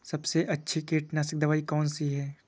सबसे अच्छी कीटनाशक दवाई कौन सी है?